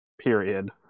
period